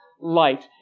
light